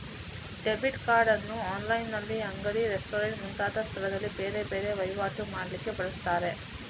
debit card ಅನ್ನು ಆನ್ಲೈನಿನಲ್ಲಿ, ಅಂಗಡಿ, ರೆಸ್ಟೋರೆಂಟ್ ಮುಂತಾದ ಸ್ಥಳದಲ್ಲಿ ಬೇರೆ ಬೇರೆ ವೈವಾಟು ಮಾಡ್ಲಿಕ್ಕೆ ಬಳಸ್ತಾರೆ